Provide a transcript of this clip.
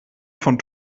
von